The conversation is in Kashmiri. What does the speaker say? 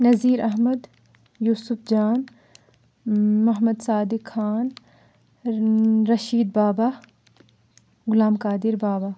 نَظیٖر احمَد یوٗسُف جان محمَد صادِق خان رٔشیٖد بابا غُلام قادِر بابا